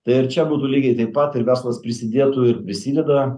tai ir čia būtų lygiai taip pat ir verslas prisidėtų ir prisideda